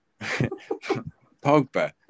Pogba